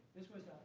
this was